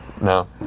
No